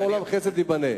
זה "עולם חסד ייבנה".